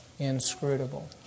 Inscrutable